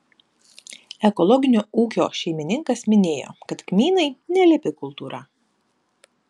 ekologinio ūkio šeimininkas minėjo kad kmynai nelepi kultūra